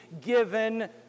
given